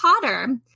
Potter